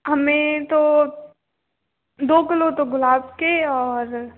हमें तो दो किलो तो गुलाब के और